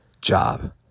job